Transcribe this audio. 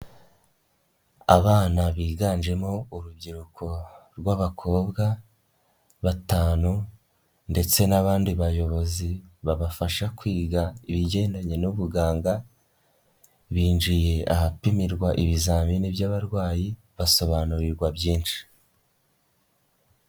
Abana biganjemo urubyiruko rw'abakobwa batanu ndetse n'abandi bayobozi babafasha kwiga ibigendanye n'ubuganga, binjiye ahapimirwa ibizamini by'abarwayi basobanurirwa byinshi.